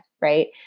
Right